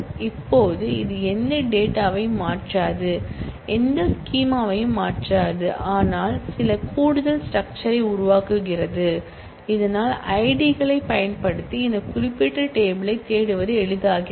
இப்போது இது எந்த டேட்டாயும் மாற்றாது எந்த ஸ்கிமாவையும் மாற்றாது ஆனால் இது சில கூடுதல் ஸ்ட்ரக்ச்சர் உருவாக்குகிறது இதனால் ஐடி களைப் பயன்படுத்தி இந்த குறிப்பிட்ட டேபிள் யைத் தேடுவது எளிதாகிறது